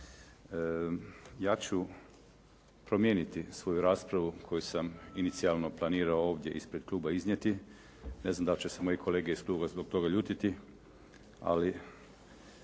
Ja ću promijeniti svoju raspravu koju sam inicijalno planirao ovdje ispred kluba iznijeti. Ne znam da li će se moji kolege iz kluba zbog toga ljutiti, ali